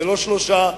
לא שלושה,